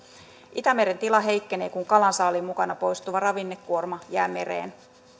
itämeren tila heikkenee kun kalansaaliin mukana poistuva ravinnekuorma jää mereen